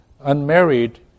unmarried